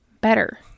better